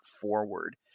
forward